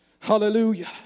Hallelujah